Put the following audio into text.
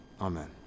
Amen